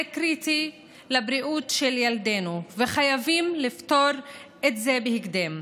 קריטי לבריאות של ילדינו וחייבים לפתור את זה בהקדם,